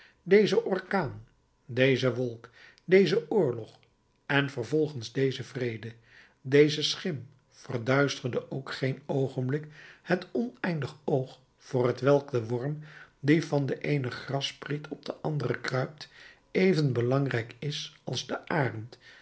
deze orkaan deze wolk deze oorlog en vervolgens deze vrede deze schim verduisterde ook geen oogenblik het oneindig oog voor t welk de worm die van de eene grasspriet op de andere kruipt even belangrijk is als de arend